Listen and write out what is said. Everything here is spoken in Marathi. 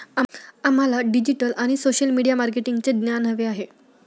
आम्हाला डिजिटल आणि सोशल मीडिया मार्केटिंगचे ज्ञान हवे आहे